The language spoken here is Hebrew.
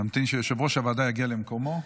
נמתין שיושב-ראש הוועדה יגיע למקומו.